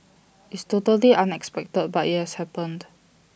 it's totally unexpected but IT has happened